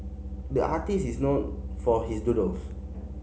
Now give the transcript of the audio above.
the artist is known for his doodles